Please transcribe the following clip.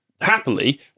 happily